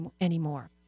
anymore